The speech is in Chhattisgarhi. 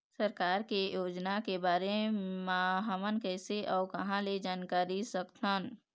सरकार के योजना के बारे म हमन कैसे अऊ कहां ल जानकारी सकथन?